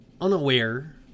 unaware